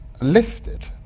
lifted